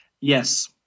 Yes